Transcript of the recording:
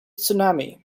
tsunami